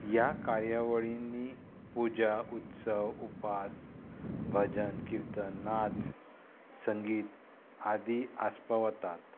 ह्या कार्यावळींनी पुजा उत्सव उपास भजन किर्तन नाच संगीत आदी आस्पावतात